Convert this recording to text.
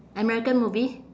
american movie